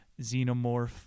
xenomorph